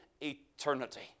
eternity